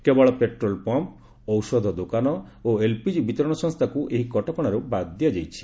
କେବଳ petrol pump ଔଷଧ ଦୋକାନ ଓ ଏଲ୍ପିଜି ବିତରଣ ସଂସ୍ଥାକୁ ଏହି କଟକଣାରୁ ବାଦ୍ ଦିଆଯାଇଛି